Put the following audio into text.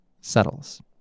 settles